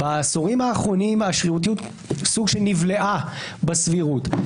בעשורים האחרונים השרירותיות נבלעה בסבירות.